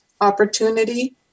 opportunity